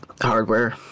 hardware